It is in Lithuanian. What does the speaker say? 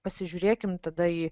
pasižiūrėkim tada į